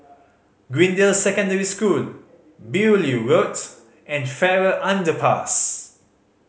Greendale Secondary School Beaulieu Road and Farrer Underpass